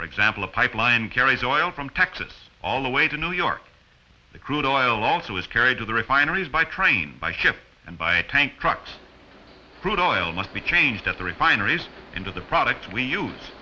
for example a pipeline carries oil from texas all the way to new york the crude oil also is carried to the refineries by train by ship and by tanker trucks crude oil must be changed at the refineries into the products we use